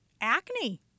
acne